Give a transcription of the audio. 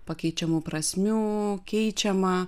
pakeičiamų prasmių keičiamą